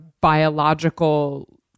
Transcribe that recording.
biological